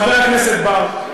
חבר הכנסת בר,